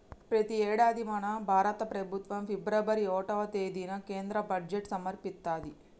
ప్రతి యేడాది మన భారత ప్రభుత్వం ఫిబ్రవరి ఓటవ తేదిన కేంద్ర బడ్జెట్ సమర్పిత్తది